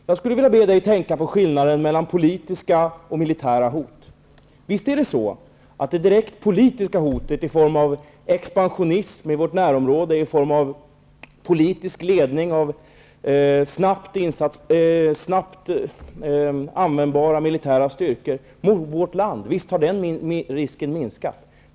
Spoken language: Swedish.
Jag skulle vilja be Martin Nilsson att tänka på skillnaden mellan politiska och militära hot. Visst har det direkta politiska hotet i form av expansionism i vårt närområde och snabbt användbara militära styrkor som kan användas mot vårt land minskat.